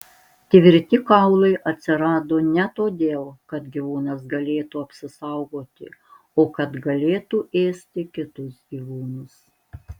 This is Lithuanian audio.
tvirti kaulai atsirado ne todėl kad gyvūnas galėtų apsisaugoti o kad galėtų ėsti kitus gyvūnus